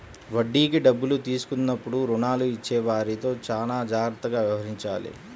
వడ్డీకి డబ్బులు తీసుకున్నప్పుడు రుణాలు ఇచ్చేవారితో చానా జాగ్రత్తగా వ్యవహరించాలి